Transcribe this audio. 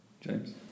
James